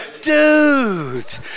dude